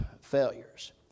failures